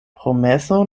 promeso